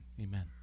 amen